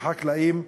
החקלאים,